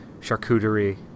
charcuterie